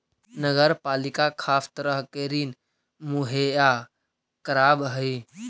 नगर पालिका खास तरह के ऋण मुहैया करावऽ हई